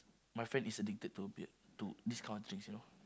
my friend is addicted to beer to this kind of drinks you know